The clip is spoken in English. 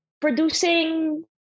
producing